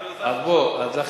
בגלל זה אנחנו שואלים אותך.